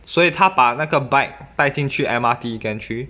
所以他把那个 bike 带进去 M_R_T gantry